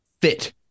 fit